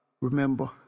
remember